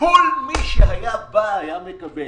כל מי שהיה בא, היה מקבל.